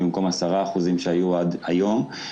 במקום 10% שהיו עד היום,